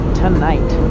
tonight